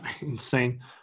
insane